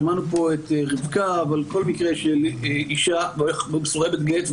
שמענו פה את רבקה אבל כל מקרה של אישה מסורבת גט,